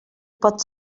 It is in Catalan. pot